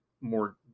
more